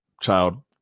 child